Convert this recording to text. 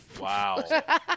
Wow